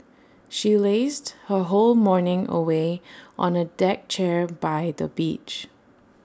she lazed her whole morning away on A deck chair by the beach